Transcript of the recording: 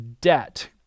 debt